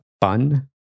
Bun